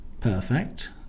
perfect